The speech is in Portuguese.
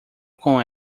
com